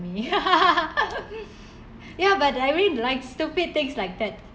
me ya but I read like stupid things like that